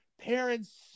parents